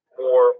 more